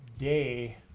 day